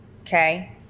okay